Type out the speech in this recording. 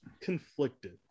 conflicted